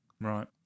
Right